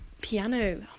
piano